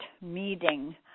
meeting